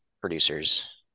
producers